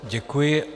Děkuji.